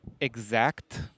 exact